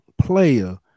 player